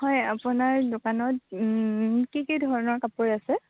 হয় আপোনাৰ দোকানত কি কি ধৰণৰ কাপোৰ আছে